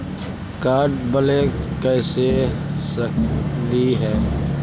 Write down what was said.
Card के block कैसे कर सकली हे?